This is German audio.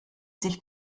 sich